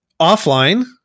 offline